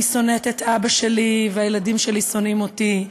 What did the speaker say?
שונאת את אבא שלי והילדים שלי שונאים אותי,